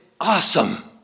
awesome